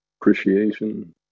appreciation